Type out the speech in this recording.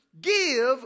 give